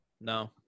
No